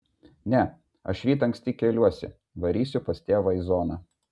ne aš ryt anksti keliuosi varysiu pas tėvą į zoną